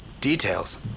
Details